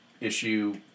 issue